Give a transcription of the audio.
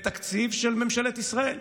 בתקציב של ממשלת ישראל.